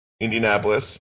Indianapolis